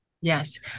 Yes